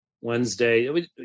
Wednesday